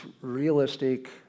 realistic